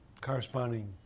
corresponding